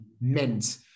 meant